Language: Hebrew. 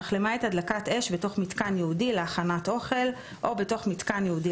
אך למעט הדלקת אש בתוך מתקן ייעודי להכנת אוכל או בתוך מתקן ייעודי